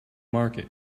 market